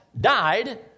died